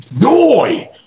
joy